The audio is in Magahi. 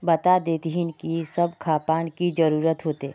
बता देतहिन की सब खापान की जरूरत होते?